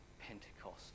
Pentecost